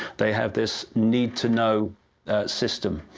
they have this need-to-know system.